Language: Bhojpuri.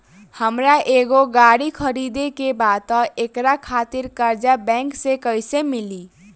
हमरा एगो गाड़ी खरीदे के बा त एकरा खातिर कर्जा बैंक से कईसे मिली?